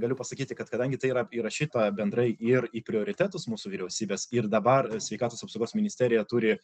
galiu pasakyti kad kadangi tai yra įrašyta bendrai ir į prioritetus mūsų vyriausybės ir dabar sveikatos apsaugos ministerija turi